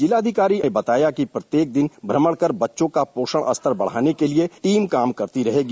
जिलाधिकारी ने बताया कि प्रत्येक दिन भ्रमण कर बच्चों का पोषण स्तर बढ़ाने के लिए टीम काम करती रहेगी